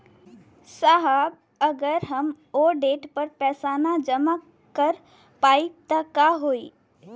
साहब अगर हम ओ देट पर पैसाना जमा कर पाइब त का होइ?